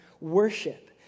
worship